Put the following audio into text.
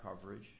coverage